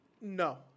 no